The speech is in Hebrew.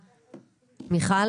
בבקשה.